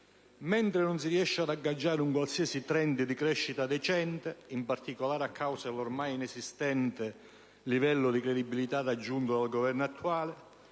mentre non si riesce ad agganciare un qualsiasi *trend* di crescita decente, in particolare a causa dell'ormai inesistente livello di credibilità raggiunto dal Governo attuale,